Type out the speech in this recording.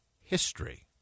history